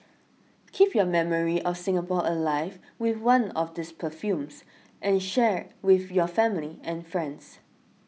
keep your memory of Singapore alive with one of these perfumes and share with your family and friends